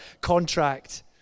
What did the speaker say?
contract